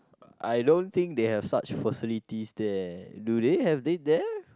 I don't' think they have such facilities there do they have it there